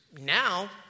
now